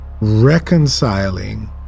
reconciling